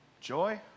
Joy